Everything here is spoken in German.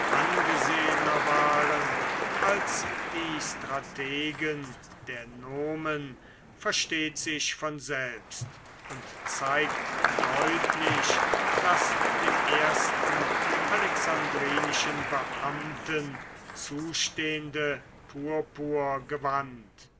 angesehener waren als die strategen der nomen versteht sich von selbst und zeigt deutlich das dem ersten alexandrinischen beamten zustehende purpurgewand